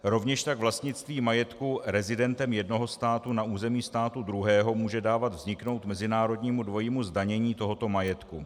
Rovněž tak vlastnictví majetku rezidentem jednoho státu na území státu druhého může dávat vzniknout mezinárodnímu dvojímu zdanění tohoto majetku.